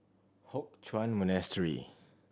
Hock Chuan Monastery